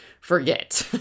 forget